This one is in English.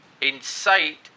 incite